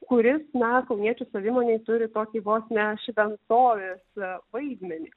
kuris na kauniečių savimonėj turi tokį vos ne šventovės vaidmenį